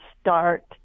start